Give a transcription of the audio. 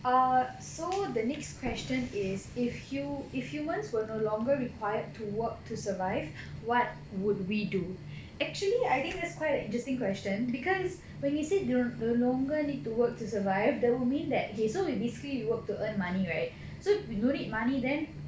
err so the next question is if hu~ if humans were no longer required to work to survive what would we do actually I think that's quite a interesting question because when he said no longer need to work to survive that would mean that okay so we basically work to earn money right so if we don't need money then